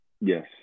Yes